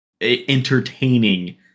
entertaining